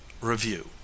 review